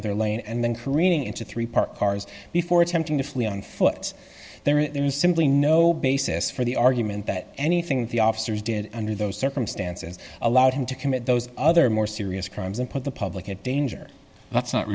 other lane and then careening into three part cars before attempting to flee on foot there is simply no basis for the argument that anything the officers did under those circumstances allowed him to commit those other more serious crimes and put the public at danger that's not